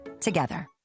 together